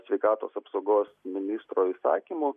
sveikatos apsaugos ministro įsakymu